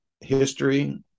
history